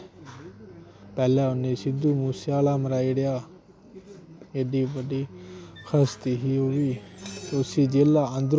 पैह्लें उ'न्ने सिद्धु मुसे आह्ला मराई ओड़ेआ एड्डी बड्डी हस्ती ही ओह् बी उसी जेला अंदरो मराई ओड़ेआ